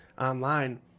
online